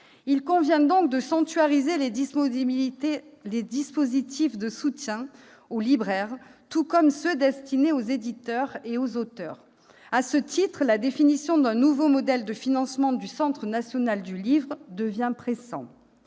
Il convient donc de sanctuariser les dispositifs de soutien aux libraires, tout comme ceux qui sont destinés aux éditeurs et aux auteurs. À ce titre, la définition d'un nouveau modèle de financement du Centre national du livre devient pressante.